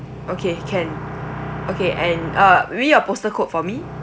okay can okay and uh read your postal code for me